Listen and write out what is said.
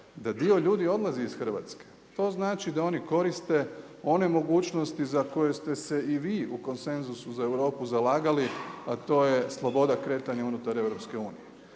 da dio ljudi odlazi iz Hrvatske, to znači da oni koriste one mogućnosti za koje ste se i vi u konsenzusu za Europu zalagali a to je sloboda kretanja unutar EU.